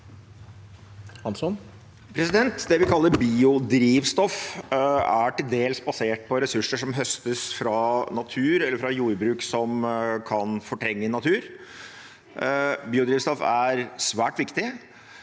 Det vi kaller biodrivstoff, er til dels basert på ressurser som høstes fra natur eller fra jordbruk som kan fortrenge natur. Biodrivstoff er svært viktig,